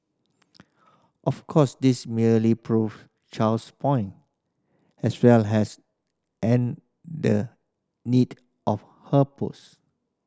of course this merely prove Chow's point as well as and the need of her post